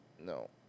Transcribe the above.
No